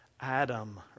Adam